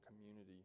community